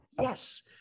Yes